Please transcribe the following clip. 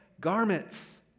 garments